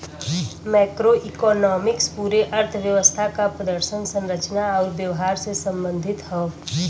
macroeconomics पूरे अर्थव्यवस्था क प्रदर्शन, संरचना आउर व्यवहार से संबंधित हौ